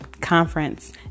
conference